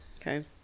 okay